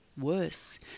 worse